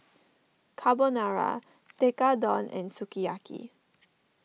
Carbonara Tekkadon and Sukiyaki